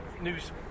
News